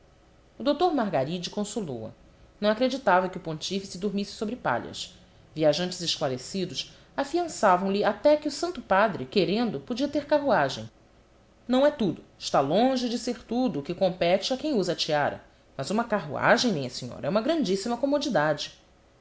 o doutor margaride consolou a não acreditava que o pontífice dormisse sobre palhas viajantes esclarecidos afiançavam lhe até que o santo padre querendo podia ter carruagem não é tudo está longe de ser tudo o que compete a quem usa a tiara mas uma carruagem minha senhora é uma grandíssima comodidade